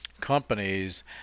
companies